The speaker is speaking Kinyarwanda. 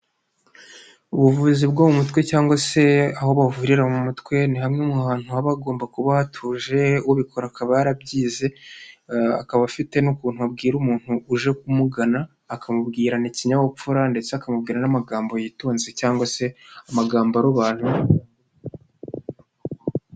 Ubuvuzi bwo mu mutwe cyangwa se aho bavurira mu mutwe, ni hamwe mu hantu haba hagomba kuba hatuje ubikora akaba yarabyize, akaba afite n'ukuntu abwira umuntu uje kumugana, akamubwirana ikinyabupfura ndetse akamubwira n'amagambo yitonze cyangwa se amagambo arobanura.